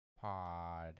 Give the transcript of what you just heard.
pod